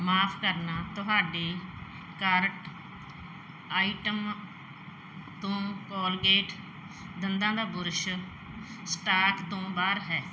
ਮਾਫ਼ ਕਰਨਾ ਤੁਹਾਡੇ ਕਾਰਟ ਆਈਟਮ ਤੋਂ ਕੋਲਗੇਟ ਦੰਦਾਂ ਦਾ ਬੁਰਸ਼ ਸਟਾਕ ਤੋਂ ਬਾਹਰ ਹੈ